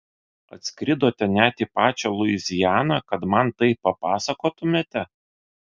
atskridote net į pačią luizianą kad man tai papasakotumėte